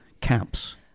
camps